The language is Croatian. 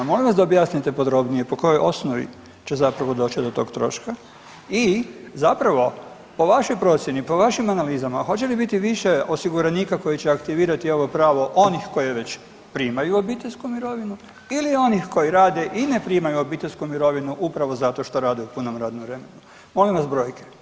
Molim vas da objasnite podrobnije, po kojoj osnovi će zapravo doći do tog troška i zapravo po vašoj procjeni, po vašim analizama hoće li biti više osiguranika koji će aktivirati ovo pravo onih koji već primaju obiteljsku mirovinu ili onih koji rade i ne primaju obiteljsku mirovinu upravo zato što rade u punom radnom vremenu, molim vas brojke?